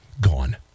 gone